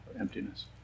emptiness